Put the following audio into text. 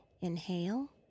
inhale